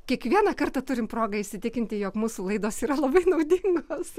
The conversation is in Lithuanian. kiekvieną kartą turim progą įsitikinti jog mūsų laidos yra labai naudingos